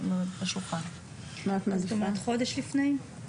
אז עד חודש לפני?